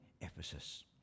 Ephesus